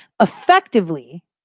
effectively